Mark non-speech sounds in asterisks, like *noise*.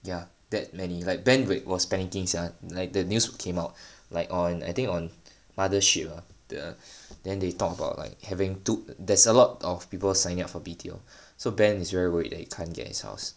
ya that many like ben right was panicking sia like the news came out like on I think on Mothership ah the then they talk about like having too there's a lot of people signing up for B_T_O *breath* so ben is very worried that he can't get his house